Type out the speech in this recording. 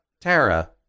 Tara